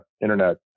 internet